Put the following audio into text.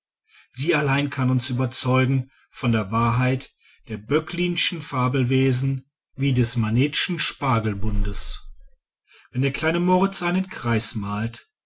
sie allein kann uns überzeugen von der wahrheit der böcklinschen fabelwesen wie des manetschen spargelbundes wenn der kleine moritz einen kreis malt